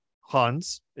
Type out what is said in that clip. Hans